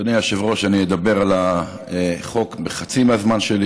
אדוני היושב-ראש, אני אדבר על החוק בחצי מהזמן שלי